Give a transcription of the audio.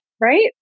right